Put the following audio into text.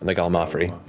like gallimaufry.